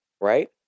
right